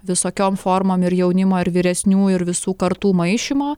visokiom formom ir jaunimo ir vyresnių ir visų kartų maišymo